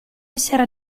essere